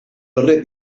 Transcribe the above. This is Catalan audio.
darrer